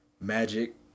Magic